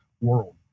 world